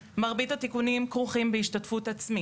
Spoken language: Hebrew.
משרד המשפטים זה המשרד שעשה הכי הרבה למען הדיור הציבורי.